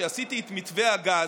כשעשיתי את מתווה הגז,